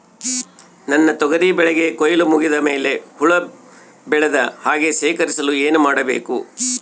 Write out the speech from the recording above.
ನನ್ನ ತೊಗರಿ ಬೆಳೆಗೆ ಕೊಯ್ಲು ಮುಗಿದ ಮೇಲೆ ಹುಳು ಬೇಳದ ಹಾಗೆ ಶೇಖರಿಸಲು ಏನು ಮಾಡಬೇಕು?